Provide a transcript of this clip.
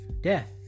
death